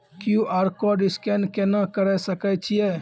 QR code scan केना करै सकय छियै?